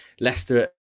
Leicester